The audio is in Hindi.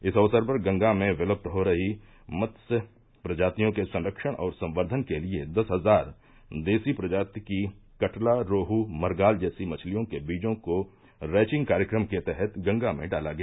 इस अवसर पर गंगा में विलुप्त हो रही मत्स्य प्रजातियों के संख्यण और संवर्द्वन के लिए दस हजार देसी प्रजाति की कटला रोह मरगाल जैसी मछलियों के बीजों को रैचिंग कार्यक्रम के तहत गंगा में डाला गया